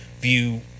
view